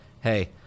hey